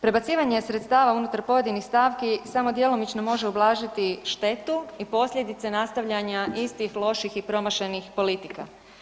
Prebacivanje sredstava unutar pojedinih stavki samo djelomično može ublažiti štetu i posljedice nastavljanja istih loših i promašenih politika.